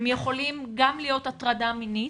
הם יכולים להיות גם הטרדה מינית,